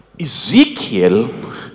Ezekiel